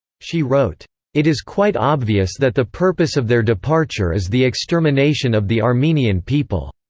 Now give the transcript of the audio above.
she wrote it is quite obvious that the purpose of their departure is the extermination of the armenian people.